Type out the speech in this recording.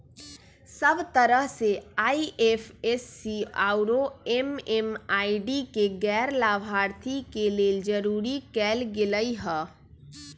सब तरह से आई.एफ.एस.सी आउरो एम.एम.आई.डी के गैर लाभार्थी के लेल जरूरी कएल गेलई ह